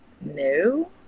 no